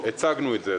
הצגנו את זה.